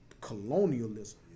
colonialism